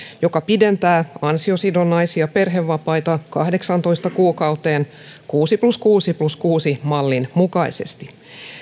joka pidentää ansiosidonnaisia perhevapaita kahdeksaantoista kuukauteen kuusi plus kuusi plus kuusi mallin mukaisesti